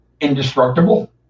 indestructible